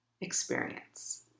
experience